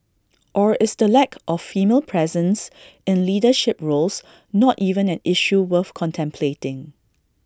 or is the lack of female presence in leadership roles not even an issue worth contemplating